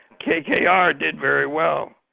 kkr ah did very well.